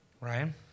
Ryan